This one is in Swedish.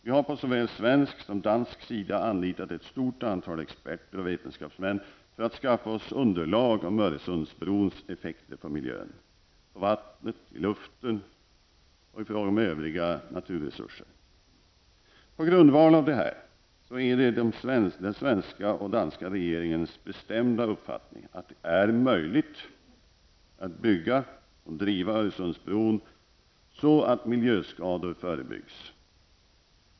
Vi har på såväl svensk som dansk sida anlitat ett stort antal experter och vetenskapsmän för att att skaffa oss underlag om Öresundsbrons effekter på miljön, på vattnet, luften och i fråga om övriga naturresurser. På grundval av detta är det de svenska och danska regeringarnas bestämda uppfattning att det är möjligt att bygga och driva Öresundsbron så att miljöskador förebyggs.